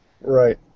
Right